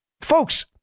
folks-